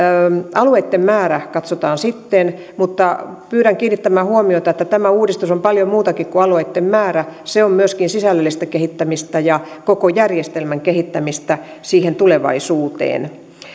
alueitten määrä katsotaan sitten mutta pyydän kiinnittämään huomiota että tämä uudistus on paljon muutakin kuin alueitten määrä se on myöskin sisällöllistä kehittämistä ja koko järjestelmän kehittämistä siihen tulevaisuuteen